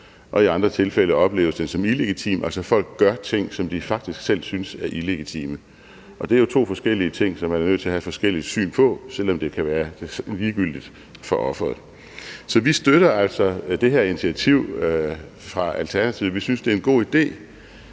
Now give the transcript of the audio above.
i andre tilfælde opleves den som illegitim – altså, folk gør ting, som de faktisk selv synes er illegitime. Og det er jo to forskellige ting, som man er nødt til at have et forskelligt syn på, selv om det kan være ligegyldigt for offeret. Så vi støtter altså det her initiativ fra Alternativet. Vi synes, det er en god idé,